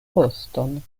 voston